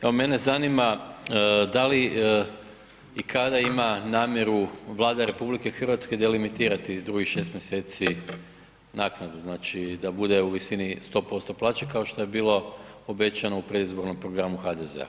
Evo mene zanima da li i kada ima namjeru Vlada Republike Hrvatske delimitirati drugih šest mjeseci naknade, znači da bude u visini 100% plaće, kao što je bilo obećano u predizbornom programu HDZ-a.